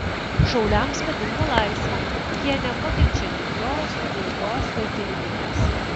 šauliams patinka laisvė jie nepakenčia nykios pilkos kasdienybės